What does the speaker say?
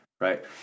right